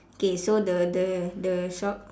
okay so the the the shop